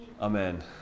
Amen